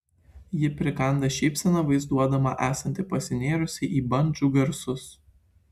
ji prikanda šypseną vaizduodama esanti pasinėrusi į bandžų garsus